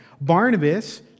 Barnabas